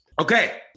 Okay